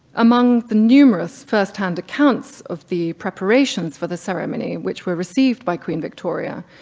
among the numerous firsthand accounts of the preparations for the ceremony which were received by queen victoria,